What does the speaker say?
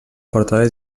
portades